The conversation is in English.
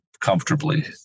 comfortably